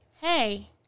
Hey